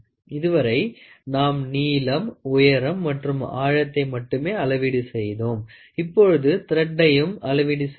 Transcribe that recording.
இதுவரை நாம் நீளம் உயரம் மற்றும் ஆழத்தை மட்டுமே அளவீடு செய்தோம் இப்பொழுது திரட்டையும் அளவீடு செய்வோம்